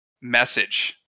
message